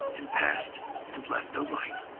and passed and left no light.